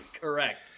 Correct